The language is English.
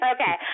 Okay